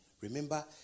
Remember